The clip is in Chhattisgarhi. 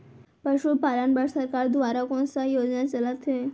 पशुपालन बर सरकार दुवारा कोन स योजना चलत हे?